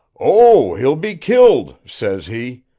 oh, he'll be killed says he,